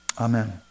Amen